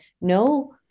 no